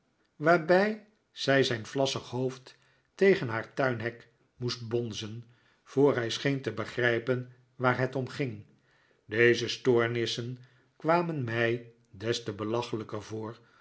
waarbij zij zijn vlassige hoofd tegen haar tuinhek moest bonzen voor hij scheen te begrijpen waar het om ging deze stoornissen kwamen mij des te belachelijker voor